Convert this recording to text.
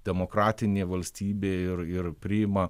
demokratinė valstybė ir ir priima